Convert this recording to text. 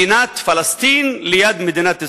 מדינת פלסטין ליד מדינת ישראל.